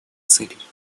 целей